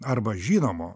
arba žinomų